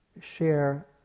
share